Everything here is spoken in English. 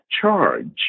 charge